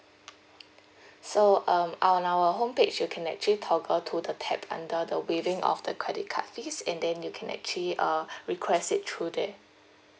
so um our on our homepage you can actually toggle the tab under the waiving of the credit card fees and then you can actually uh request it through there